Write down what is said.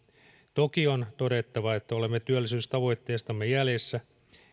toki on todettava että olemme työllisyystavoitteestamme jäljessä